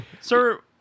Sir